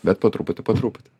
bet po truputį po truputį